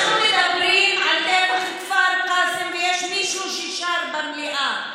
אנחנו מדברים על טבח כפר קאסם ויש מישהו ששר במליאה.